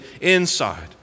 inside